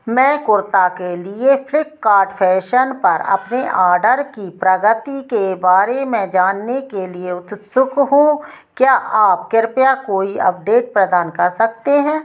मैं कुर्ता के लिए फ्लीपकार्ट फैशन पर अपने ऑर्डर की प्रगति के बारे में जानने के लिए उत्सुक हूं क्या आप कृपया कोई अपडेट प्रदान कर सकते हैं